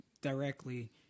directly